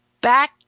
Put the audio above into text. Back